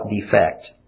defect